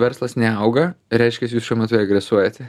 verslas neauga reiškias jūs šiuo metu regresuojate